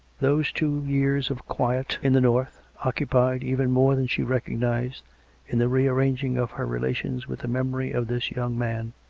those two years of quiet in the norths occupied even more than she recog nised in the rearranging of her relations with the memory of this young man,